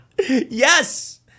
Yes